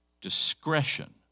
discretion